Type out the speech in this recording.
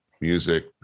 music